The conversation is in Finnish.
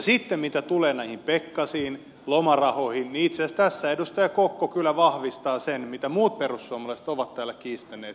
mutta mitä sitten tulee näihin pekkasiin lomarahoihin niin itse asiassa tässä edustaja kokko kyllä vahvistaa sen mitä muut perussuomalaiset ovat täällä kiistäneet